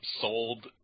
sold